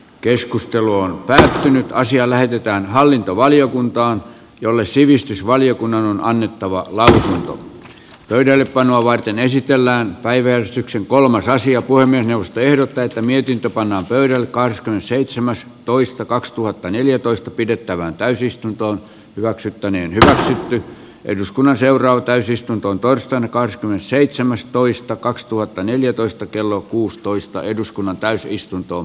keskustelu on tosin asia lähetetään hallintovaliokuntaan niin että on annettava ulos pöydällepanoa varten esitellään päiväys yksi kolme raisio voimme tehdä tätä mietintö pannaan pöydälle kahdeskymmenesseitsemäs toista kaksituhattaneljätoista pidettävään täysistunto hyväksyttäneen yk eduskunnan seuraava täysistuntoon torstaina hyvä että nyt sitten saadaan asia hoitumaan